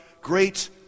great